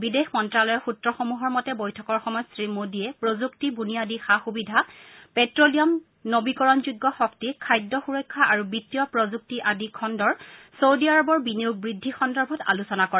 বিদেশ মন্ত্যালয়ৰ সূত্ৰসমূহৰ মতে বৈঠকৰ সময়ত শ্ৰীমোডীয়ে প্ৰযুক্তি বুনিয়াদী সা সুবিধা পেট্টলিয়াম নবীকৰণযোগ্য শক্তি খাদ্য সুৰক্ষা আৰু বিত্তীয় প্ৰযুক্তি আদি খণ্ডৰ চৌদী আৰৱৰ বিনিয়োগ বৃদ্ধি সন্দৰ্ভত আলোচনা কৰে